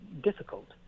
difficult